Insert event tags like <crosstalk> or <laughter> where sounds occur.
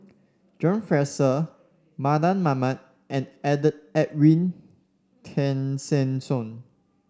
John Fraser Mardan Mamat and <unintelligible> Edwin Tessensohn